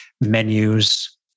menus